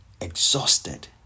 Exhausted